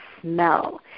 smell